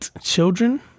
children